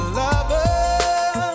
lover